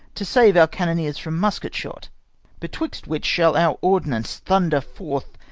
to save our cannoneers from musket-shot betwixt which shall our ordnance thunder forth,